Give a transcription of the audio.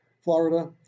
Florida